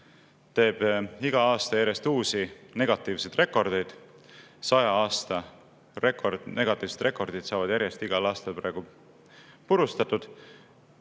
teeb iga aasta järjest uusi negatiivseid rekordeid. Saja aasta negatiivsed rekordid saavad järjest igal aastal purustatud.